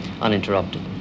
uninterrupted